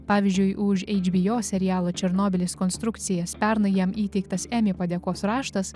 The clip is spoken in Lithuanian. pavyzdžiui už hbo serialo černobylis konstrukcijas pernai jam įteiktas emi padėkos raštas